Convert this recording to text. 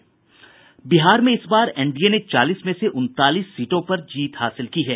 बिहार में इस बार एनडीए ने चालीस में से उनतालीस सीटों पर जीत हासिल की है